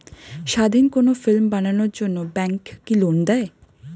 স্বাধীন কোনো ফিল্ম বানানোর জন্য ব্যাঙ্ক কি লোন দেয়?